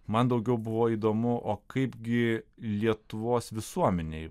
man daugiau buvo įdomu o kaipgi lietuvos visuomenei